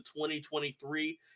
2023